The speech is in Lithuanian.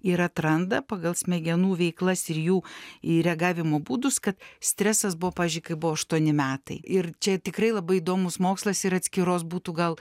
ir atranda pagal smegenų veiklas ir jų į reagavimo būdus kad stresas buvo pavyzdžiui kai buvo aštuoni metai ir čia tikrai labai įdomus mokslas ir atskiros būtų gal